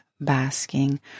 basking